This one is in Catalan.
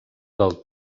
del